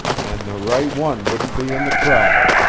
and the right one wouldn't be in the crowd,